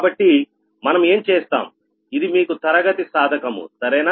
కాబట్టి మనం ఏం చేస్తాం ఇది మీకు తరగతి సాధకము సరేనా